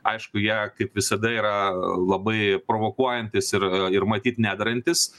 aišku jie kaip visada yra labai provokuojantys ir ir matyt nederantys